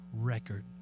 record